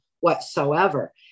whatsoever